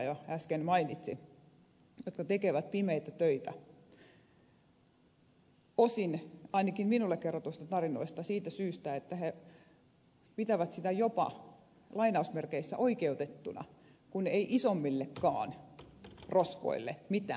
korkeaoja äsken mainitsi tekevät pimeitä töitä ainakin minulle kerrotuissa tarinoissa osin siitä syystä että he pitävät sitä jopa oikeutettuna kun ei isommillekaan rosvoille mitään tehdä